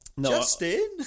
Justin